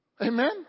Amen